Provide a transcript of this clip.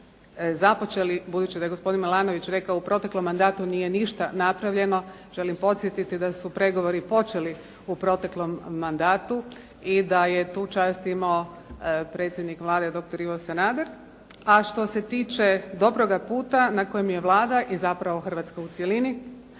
započeli, budući da je gospodin Milanović rekao, u proteklom mandatu nije ništa napravljeno, želim podsjetiti da su pregovori počeli u proteklom mandatu i da je tu čast imao predsjednik Vlade dr. Ivo Sanader. A što se tiče dobroga puta na kojem je Vlada i zapravo Hrvatska u cjelini,